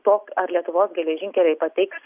to ar lietuvos geležinkeliai pateiks